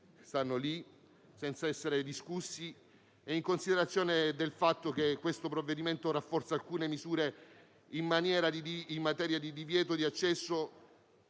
chiaramente non discussi - in considerazione del fatto che questo provvedimento rafforza alcune misure in materia di divieto di accesso